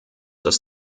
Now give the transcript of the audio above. das